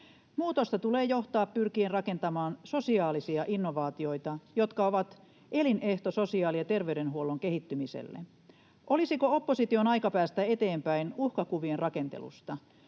Muutosta tulee johtaa pyrkien rakentamaan sosiaalisia innovaatioita, jotka ovat elinehto sosiaali‑ ja terveydenhuollon kehittymiselle. Olisiko opposition aika päästä eteenpäin uhkakuvien rakentelusta?